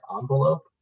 envelope